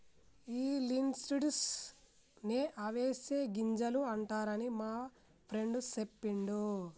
ఈ లిన్సీడ్స్ నే అవిసె గింజలు అంటారని మా ఫ్రెండు సెప్పిండు